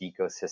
ecosystem